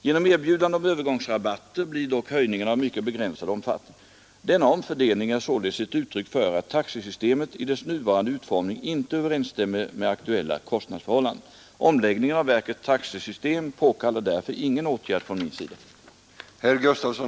Genom erbjudande om Öövergångsrabatter blir dock höjningarna av mycket begränsad omfattning. Denna omfördelning är således ett uttryck för att taxesystemet i dess nuvarande utformning inte överensstämmer med aktuella kostnadsförhållanden. Omläggningen av verkets taxesystem påkallar därför ingen åtgärd från